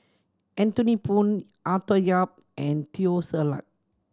Anthony Poon Arthur Yap and Teo Ser Luck